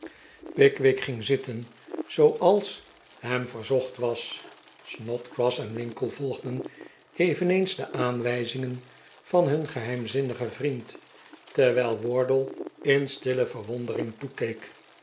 pickwick ging zitten zooals hem verzocht was snodgrass en winkle volgden eveneens de aanwijzingen van him geheimzinnigen vriend terwijl wardle in stille verwondering toekeek